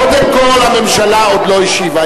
קודם כול, הממשלה עוד לא השיבה.